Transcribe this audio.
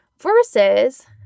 versus